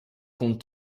compte